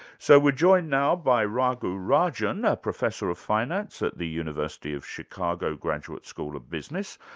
so we're joined now by raghuram rajan a professor of finance at the university of chicago graduate school of business.